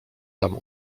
tam